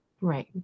Right